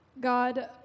God